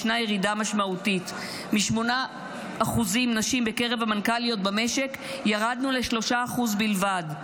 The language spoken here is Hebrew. ישנה ירידה משמעותית: מ-8% נשים בקרב המנכ"ליות במשק ירדנו ל-3% בלבד,